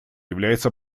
является